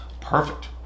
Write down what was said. perfect